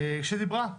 שדיברה.